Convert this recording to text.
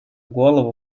голову